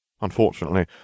unfortunately